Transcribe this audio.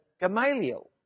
Gamaliel